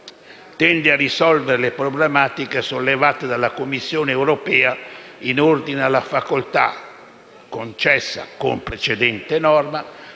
tende a risolvere le problematiche sollevate dalla Commissione europea in ordine alla facoltà, concessa con precedente norma,